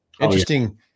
interesting